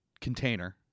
container